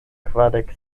kvardek